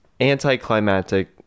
anticlimactic